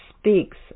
speaks